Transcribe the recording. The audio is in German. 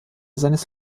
seines